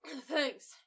Thanks